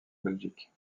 belgique